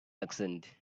accent